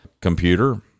computer